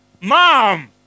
Mom